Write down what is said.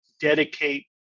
dedicate